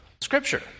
Scripture